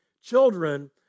children